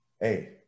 hey